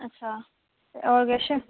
अच्छा ते होर किश